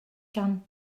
gan